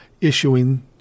issuing